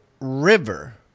river